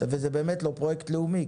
וזה באמת לא פרויקט לאומי,